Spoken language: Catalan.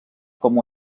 com